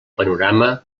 panorama